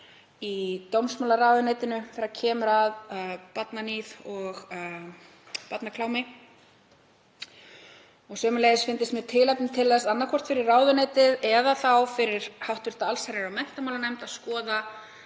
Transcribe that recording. í dómsmálaráðuneytinu þegar kemur að barnaníði og barnaklámi. Sömuleiðis fyndist mér tilefni til þess, annaðhvort fyrir ráðuneytið eða fyrir hv. allsherjar- og menntamálanefnd, að skoða